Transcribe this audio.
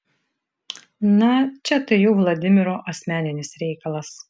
na čia tai jau vladimiro asmeninis reikalas